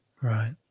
Right